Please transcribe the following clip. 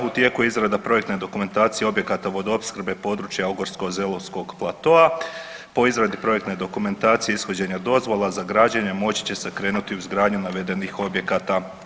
U tijeku je izrada projektne dokumentacije objekata vodoopskrbe područja Ogorsko-zelovskog platoa po izradi projektne dokumentacije, ishođenja dozvola za građenje moći će se krenuti u izgradnju navedenih objekata.